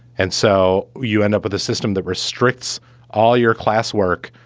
and so you end up with a system that restricts all your classwork